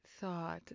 thought